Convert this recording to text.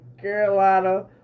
Carolina